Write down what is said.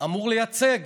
אמור לייצג